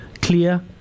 clear